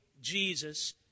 Jesus